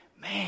Man